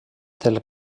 del